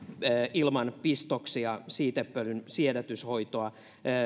ilman pistoksia siitepölyn siedätyshoitoa